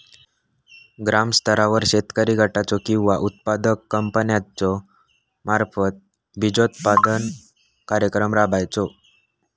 ग्रामस्तरावर शेतकरी गटाचो किंवा उत्पादक कंपन्याचो मार्फत बिजोत्पादन कार्यक्रम राबायचो?